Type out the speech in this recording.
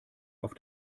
auf